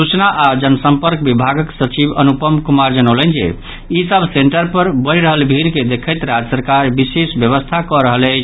सूचना आओर जन संपर्क विभागक सचिव अनुपम कुमार जनौलनि जे ई सभ सेंटर पर बढ़ि रहल भीड़ के देखैत राज्य सरकार विशेष व्यवस्था कऽ रहल अछि